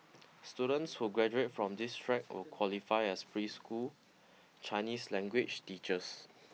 students who graduate from this track will qualify as preschool Chinese language teachers